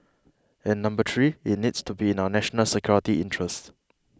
and number three it needs to be in our national security interests